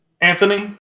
Anthony